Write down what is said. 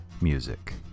music